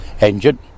engine